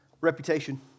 Reputation